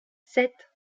sept